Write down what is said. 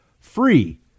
free